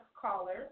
caller